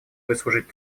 выслушать